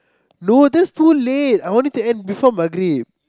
no that's too late I want it to end before maghrib